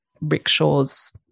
rickshaws